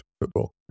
football